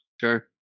Sure